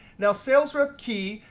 now, sales are ah key.